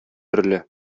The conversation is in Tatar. төрле